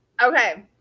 Okay